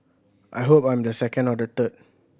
I hope I'm the second or the third